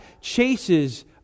chases